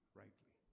rightly